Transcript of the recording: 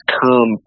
come